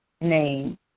name